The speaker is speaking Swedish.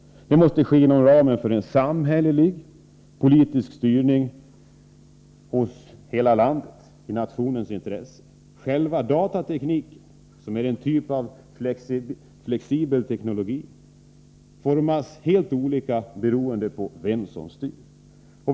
Det måste ske inom ramen för en samhällelig politisk styrning av hela landet i nationens intresse. Själva datatekniken, som är en typ av flexibel teknologi, formas helt olika beroende på vem som styr.